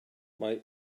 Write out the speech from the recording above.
mae